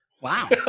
Wow